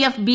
F B